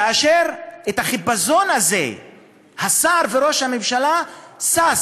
כאשר את החיפזון הזה השר וראש הממשלה שש